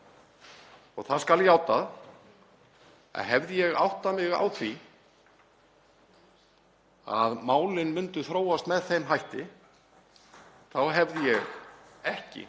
Það skal játað að hefði ég áttað mig á því að mál myndu þróast með þeim hætti þá hefði ég ekki